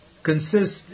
Consists